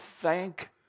thank